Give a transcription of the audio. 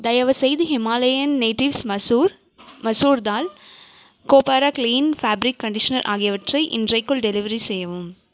தயவுசெய்து Himalayan natives masoor masoor dal கொபாரா clean fabric conditioner ஆகியவற்றை இன்றைக்குள் டெலிவரி செய்யவும்